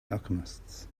alchemists